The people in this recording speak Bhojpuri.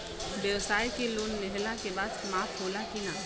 ब्यवसाय के लोन लेहला के बाद माफ़ होला की ना?